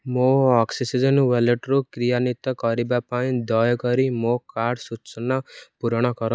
ମୋ oxygen wallet କ୍ରିୟାନ୍ଵିତ କରିବା ପାଇଁ ଦୟାକରି ମୋ କାର୍ଡ଼ ସୂଚନା ପୂରଣ କର